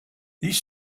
these